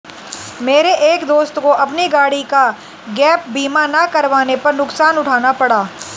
मेरे एक दोस्त को अपनी गाड़ी का गैप बीमा ना करवाने पर नुकसान उठाना पड़ा